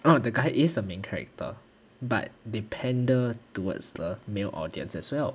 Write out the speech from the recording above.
no the guy is the main character but they pander towards the male audience as well